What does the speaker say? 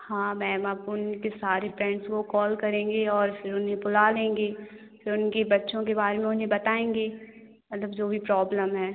हाँ मैम अब उनके सारे पैरेंट्स को कॉल करेंगे और फिर उन्हें बुला लेंगे फिर उनके बच्चों के बारे में उन्हें बताएँगे मतलब जो भी प्रॉब्लम है